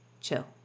chill